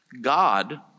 God